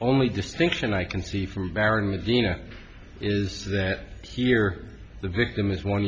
only distinction i can see from baron medina is that here the victim is one